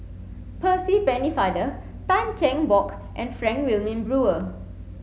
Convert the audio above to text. Percy Pennefather Tan Cheng Bock and Frank Wilmin Brewer